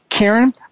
Karen